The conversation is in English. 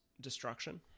destruction